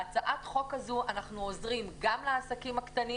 בהצעת החוק הזאת אנחנו עוזרים גם לעסקים הקטנים